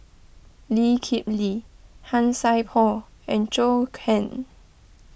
Lee Kip Lee Han Sai Por and Zhou Can